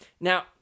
Now